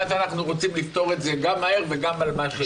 ואז אנחנו רוצים לפתור את זה גם מהר וגם על משהו.